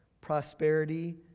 prosperity